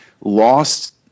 Lost